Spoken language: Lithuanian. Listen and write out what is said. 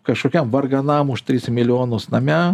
kažkokiam varganam už tris milijonus name